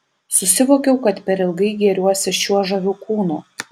susivokiau kad per ilgai gėriuosi šiuo žaviu kūnu